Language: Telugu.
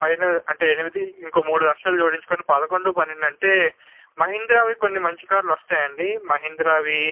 ఫైనల్ అంటే ఎనిమిది ఇంకో మూడు లక్షలు జోడించుకుని పదకొండు పన్నెండు అంటే మహీంద్రావి కొన్ని మంచి కార్లు వస్తాయి అండి మహీంద్రావి